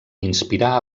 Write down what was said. inspirar